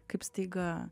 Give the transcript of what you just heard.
kaip staiga